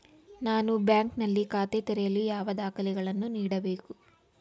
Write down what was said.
ನಾನು ಬ್ಯಾಂಕ್ ನಲ್ಲಿ ಖಾತೆ ತೆರೆಯಲು ಯಾವ ದಾಖಲೆಗಳನ್ನು ನೀಡಬೇಕು?